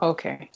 Okay